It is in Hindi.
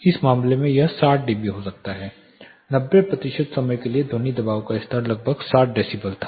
इस मामले में यह 60 डीबी हो सकता है 90 प्रतिशत समय के लिए ध्वनि दबाव का स्तर लगभग 60 डेसिबल था